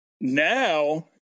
now